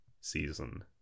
season